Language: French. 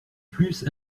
plus